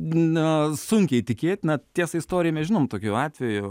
na sunkiai tikėtina tiesa istorijoj mes žinom tokių atvejų